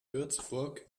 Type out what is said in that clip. würzburg